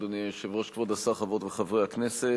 אדוני היושב-ראש, כבוד השר, חברות וחברי הכנסת,